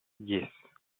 yes